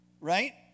Right